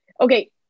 Okay